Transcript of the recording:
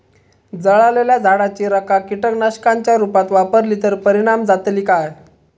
जळालेल्या झाडाची रखा कीटकनाशकांच्या रुपात वापरली तर परिणाम जातली काय?